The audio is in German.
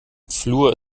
fluor